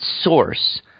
source